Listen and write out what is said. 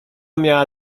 miała